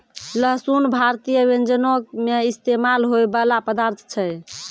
लहसुन भारतीय व्यंजनो मे इस्तेमाल होय बाला पदार्थ छै